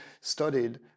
studied